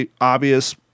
obvious